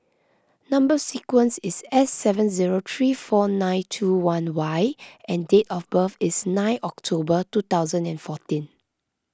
Number Sequence is S seven zero three four nine two one Y and date of birth is nine October two thousand and fourteen